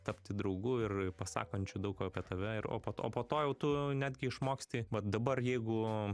tapti draugu ir pasakančiu daug apie tave ir o po o po to jau tu netgi išmoksti mat dabar jeigu